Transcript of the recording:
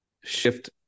shift